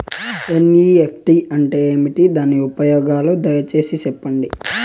NEFT అంటే ఏమి? దాని ఉపయోగాలు దయసేసి సెప్పండి?